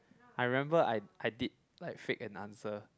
I remember I I did like fake an answer